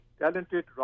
talented